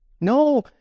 No